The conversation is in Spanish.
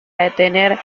detener